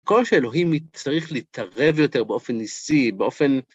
כל שאלוהים צריך להתערב יותר באופן ניסי, באופן...